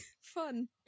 fun